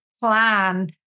plan